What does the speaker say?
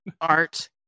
art